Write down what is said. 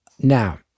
Now